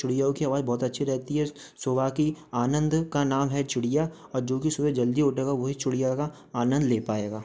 चुड़ियो की आवाज बहोत अच्छी रहती है सुबह की आनंद का नाम है चिड़िया और जो कि सुबह जल्दी उठेगा वही चूड़िया का आनंद ले पाएगा